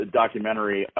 documentary